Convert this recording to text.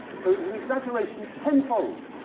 so it's an exaggeration ten-fold.